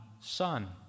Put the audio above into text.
son